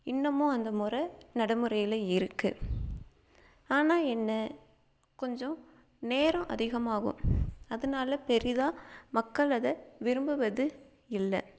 இன்னமும் அந்த முறை நடைமுறையில் இருக்குது ஆனால் என்ன கொஞ்சம் நேரம் அதிகமாகும் அதனால பெரிதாக மக்கள் அதை விரும்புவது இல்லை